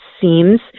seems